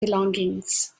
belongings